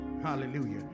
Hallelujah